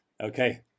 okay